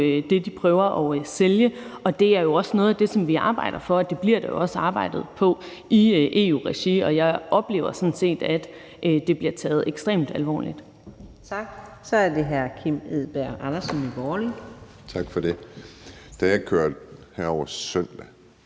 det, de prøver at sælge. Det er også noget af det, som vi arbejder for, og det bliver der jo også arbejdet på i EU-regi. Og jeg oplever sådan set, at det bliver taget ekstremt alvorligt. Kl. 18:17 Fjerde næstformand (Karina Adsbøl): Tak. Så er det hr. Kim Edberg Andersen,